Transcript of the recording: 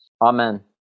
Amen